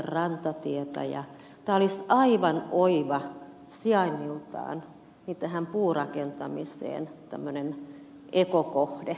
tämä olisi aivan oiva sijainniltaan tähän puurakentamiseen tämmöinen ekokohde